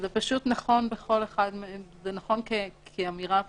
זה פשוט נכון כאמירה אבסולוטית.